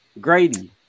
Grady